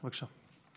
בבקשה.